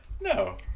No